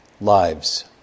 lives